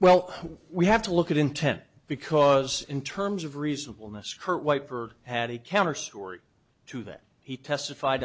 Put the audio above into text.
well we have to look at intent because in terms of reasonable miss kerr white for had a counter story to that he testified